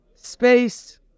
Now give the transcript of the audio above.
space